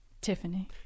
Tiffany